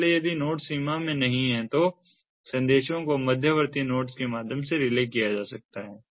इसलिए यदि नोड्स सीमा में नहीं हैं तो संदेशों को मध्यवर्ती नोड्स के माध्यम से रिले किया जाता है